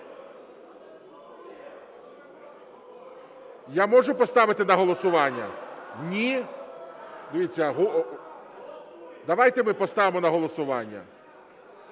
Я можу поставити на голосування? Ні? Дивіться, давайте ми поставимо на голосування.